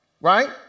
right